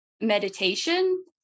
meditation